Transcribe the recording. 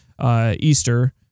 Easter